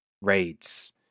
raids